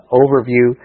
overview